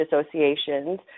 associations